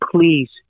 please